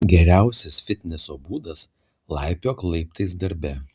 geriausias fitneso būdas laipiok laiptais darbe